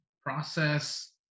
process